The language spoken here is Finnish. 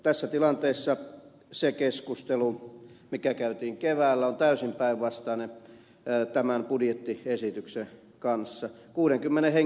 tässä tilanteessa se keskustelu mikä käytiin keväällä on täysin päinvastainen kuin tämä budjettiesitys